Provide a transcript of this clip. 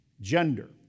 gender